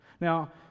Now